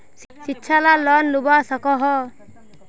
शिक्षा ला लोन लुबा सकोहो?